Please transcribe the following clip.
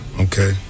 Okay